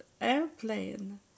airplane